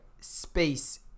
space